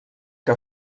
que